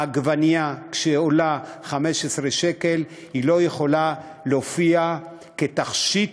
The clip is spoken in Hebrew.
עגבנייה שעולה 15 שקל לא יכולה להופיע, כתכשיט,